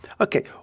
okay